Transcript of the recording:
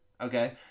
Okay